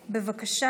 בבקשה.